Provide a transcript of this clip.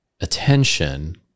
attention